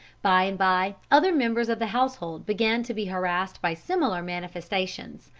by and by other members of the household began to be harassed by similar manifestations.